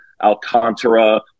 Alcantara